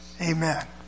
Amen